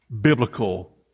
biblical